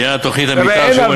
בניית תוכנית המתאר של אום-אלפחם,